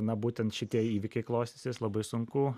na būtent šitie įvykiai klostysis labai sunku